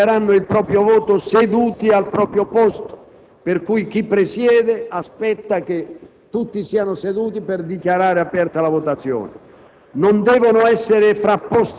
i colleghi senatori esprimeranno il proprio voto seduti al proprio posto, per cui chi presiede, prima di dichiarare aperta la votazione,